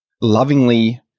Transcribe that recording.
lovingly